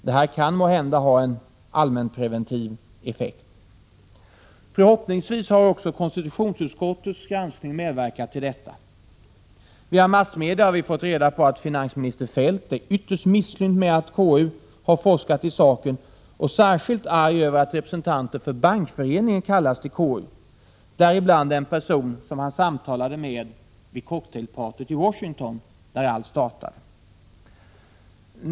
Detta kan måhända få en viss allmänpreventiv effekt. Förhoppningsvis har också konstitutionsutskottets granskning medverkat till detta. Via massmedia har vi fått reda på att finansminister Feldt är ytterst misslynt med att KU har forskat i saken och särskilt arg över att representanter för Bankföreningen kallats till KU, däribland den person som han samtalade med vid cocktailpartyt i Washington, där allt startade.